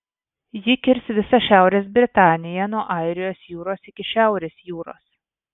ji kirs visą šiaurės britaniją nuo airijos jūros iki šiaurės jūros